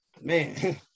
man